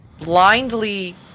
blindly